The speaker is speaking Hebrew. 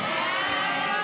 הסתייגות 540 לא נתקבלה.